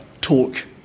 talk